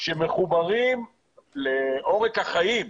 שמחוברים לעורק החיים,